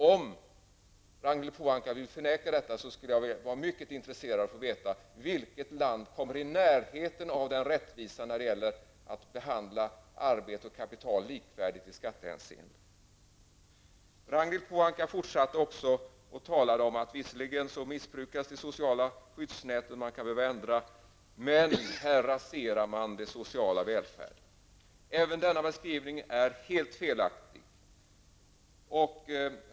Förnekar Ragnhild Pohanka detta, skulle jag vara mycket intresserad av att få veta vilket land som har kommit i närheten av denna rättvisa, alltså när det gäller att behandla arbete och kapital likvärdigt i skattehänseende. Ragnhild Pohanka sade också att det totala skyddsnätet visserligen missbrukas och det kan behöva göras ändringar. Men här, menade hon, raserar man den sociala välfärden. Denna beskrivning är helt felaktig.